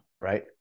Right